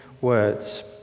words